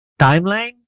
timeline